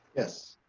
yes.